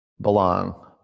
belong